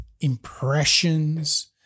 impressions